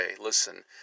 listen